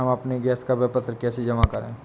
हम अपने गैस का विपत्र कैसे जमा करें?